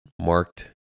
marked